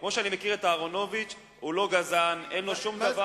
אבל אסור לנו לשתוק על זה.